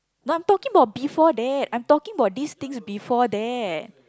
no I'm talking about before that I'm talking about these things before that